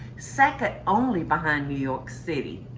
second only behind new york city.